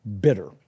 bitter